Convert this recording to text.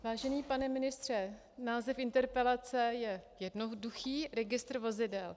Vážený pane ministře, název interpelace je jednoduchý registr vozidel.